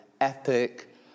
epic